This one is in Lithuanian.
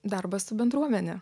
darbas su bendruomene